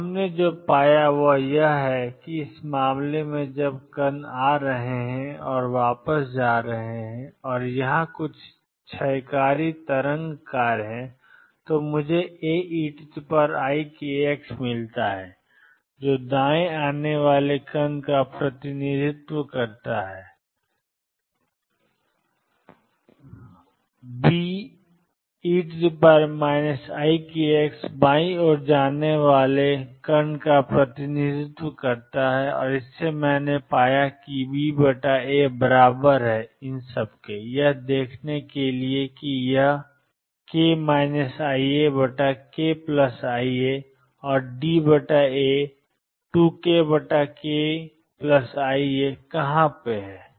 तो हमने जो पाया वह यह है कि इस मामले में जब कण आ रहे हैं और वापस जा रहे हैं और यहां कुछ क्षयकारी तरंग कार्य है तो मुझे Aeikx मिला है जो दाएं आने वाले कण ों का प्रतिनिधित्व करता है Be ikx बाईं ओर जाने वाले कण ों का प्रतिनिधित्व करता है मैंने पाया है कि BA बराबर है यह देखने के लिए कि यह k iαkiα और DA2kkiα कहां है